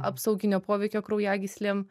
apsauginio poveikio kraujagyslėm